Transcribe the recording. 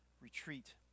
retreat